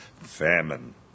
famine